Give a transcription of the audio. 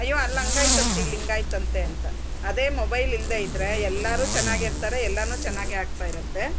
ಅಯ್ಯೋ ಅಲ್ಲಂಗೆ ಆಯ್ತು ಅಂತೆ ಇಲ್ಲಿಂಗೆ ಆಯ್ತು ಅಂತೆ ಅಂತ ಅದೇ ಮೊಬೈಲ್ ಇಲ್ದೆ ಇದ್ರೆ ಎಲ್ಲರೂ ಚೆನ್ನಾಗಿ ಇರ್ತಾರೆ ಎಲ್ಲವೂ ಚೆನ್ನಾಗೆ ಆಗ್ತಾ ಇರುತ್ತೆ